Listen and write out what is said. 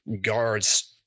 guards